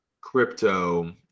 crypto